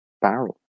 barrel